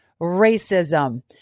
racism